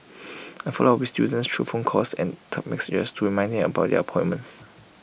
I follow up with students through phone calls and text messages to remind them about their appointments